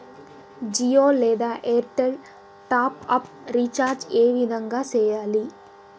జియో లేదా Airtel top up recharge ఏ విధంగా సేయాలి